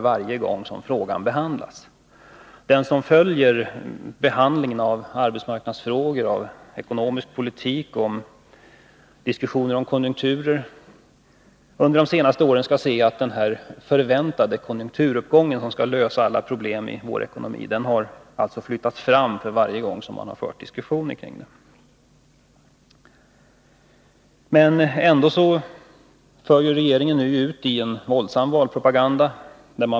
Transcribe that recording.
Den som följer behandlingen av de frågor som gäller arbetsmarknaden och den ekonomiska politiken samt de diskussioner som varit om konjunkturer under de senaste åren, skall se att den förväntade konjunkturuppgången, som skall lösa alla problem i vår ekonomi, flyttats fram för varje gång man tagit upp dessa saker. Ändå går regeringen ut med en våldsam valpropaganda.